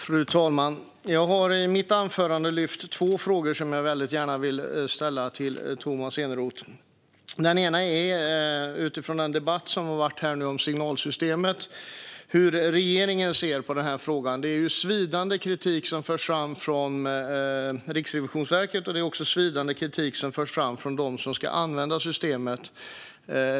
Fru talman! I mitt anförande tog jag upp två frågor som jag väldigt gärna vill ställa till Tomas Eneroth. Den ena är, utifrån den debatt som har förts om signalsystemet, hur regeringen ser på denna fråga. Det är ju svidande kritik som förts fram från Riksrevisionen, och det är också svidande kritik som förts fram från dem som ska använda systemet.